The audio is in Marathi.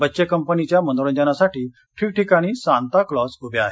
बच्ये कंपनीच्या मनोरंजनासाठी ठिकठिकाणी सांता क्लॉज उभे आहेत